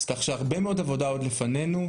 כך שהרבה מאוד עבודה עוד לפנינו.